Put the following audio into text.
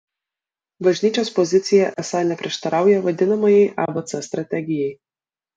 bažnyčios pozicija esą neprieštarauja vadinamajai abc strategijai